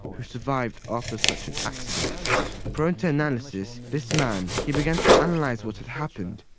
who survived after such an accident prone to analysis, this man, he began to analyze what had happened,